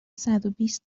صدوبیست